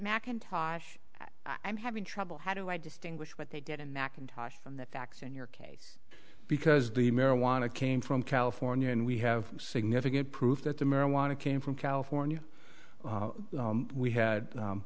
mcintosh i'm having trouble how do i distinguish what they did in mackintosh on the facts in your case because the marijuana came from california and we have significant proof that the marijuana came from california we had